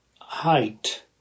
height